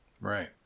Right